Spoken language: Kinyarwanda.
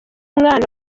umwana